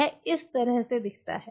यह इस तरह दिखता है